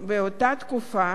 ולא לעשות כלום.